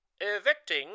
evicting